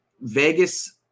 Vegas